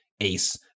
ace